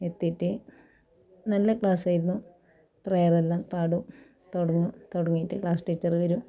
എത്തിയിട്ട് നല്ല ക്ലാസ്സായിരുന്നു പ്രയറെല്ലാം പാടും തുടങ്ങും തുടങ്ങീട്ട് ക്ലാസ് ടീച്ചറ് വരും